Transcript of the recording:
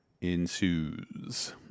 ensues